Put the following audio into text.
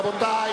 78,